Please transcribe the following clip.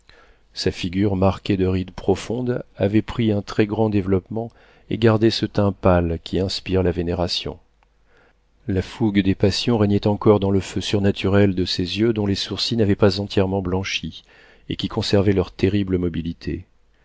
sa figure marquée de rides profondes avait pris un très-grand développement et gardait ce teint pâle qui inspire la vénération la fougue des passions régnait encore dans le feu surnaturel de ses yeux dont les sourcils n'avaient pas entièrement blanchi et qui conservaient leur terrible mobilité